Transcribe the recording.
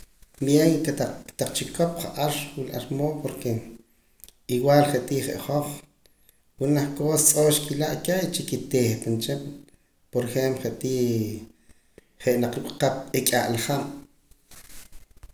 Bien kotaq chikop ja'ar wula ar mood porque igual je' ti je' hoj wila janaj cosa tz'oo' xkilaa' keh chi kitihpam cha por ejemplo je' tii je' naak nkap nq'ala haab'.